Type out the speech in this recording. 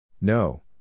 No